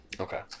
Okay